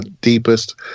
deepest